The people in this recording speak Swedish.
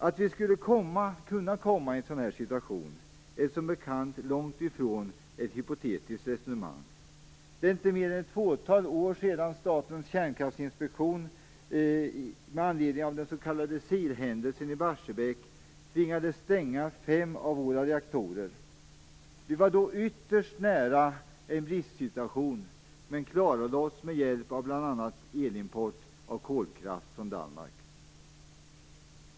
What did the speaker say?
Att vi skulle kunna komma i en sådan situation är som bekant långt ifrån ett hypotetiskt resonemang. Det är inte mer än ett fåtal år sedan Statens kärnkraftsinspektion med anledning av den s.k. silhändelsen i Barsebäck tvingades stänga fem av våra reaktorer. Vi var då ytterst nära en bristsituation, men klarade oss med hjälp av bl.a. elimport av kolkraft från Danmark.